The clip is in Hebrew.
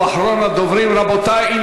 הוא אחרון הדוברים, רבותי.